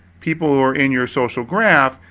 people who are in your social graph.